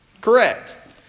Correct